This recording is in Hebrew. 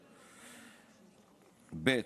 ב.